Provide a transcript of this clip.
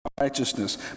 righteousness